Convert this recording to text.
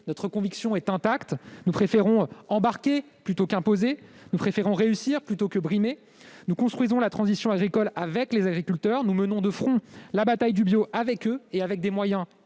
Notre conviction est intacte : nous préférons « embarquer » plutôt qu'imposer ; nous préférons réussir plutôt que brimer. Nous construisons la transition agricole avec les agriculteurs, nous menons de front la bataille du bio avec eux et avec des moyens